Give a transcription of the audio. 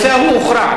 הנושא ההוא הוכרע,